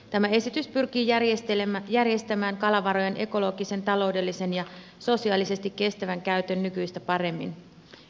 tämä esitys pyrkii järjestämään kalavarojen ekologisen taloudellisen ja sosiaalisesti kestävän käytön nykyistä paremmin